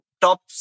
Top